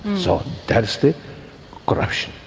so that's the corruption.